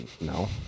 No